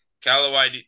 Callaway